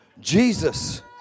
Jesus